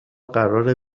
قراره